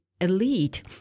elite